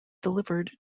delivered